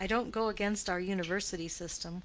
i don't go against our university system